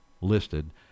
listed